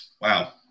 wow